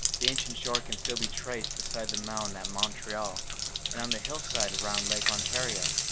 the ancient shore can still be traced beside the mountain at montreal and on the hillsides round lake ontario.